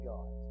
God